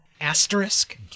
asterisk